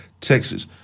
Texas